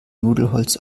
nudelholz